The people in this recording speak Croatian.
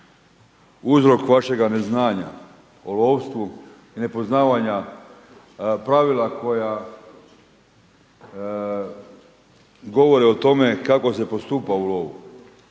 uzrok vašega neznanja o lovstvu i nepoznavanja pravila koja govore o tome kako se postupa u lovu.